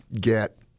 get